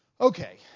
Okay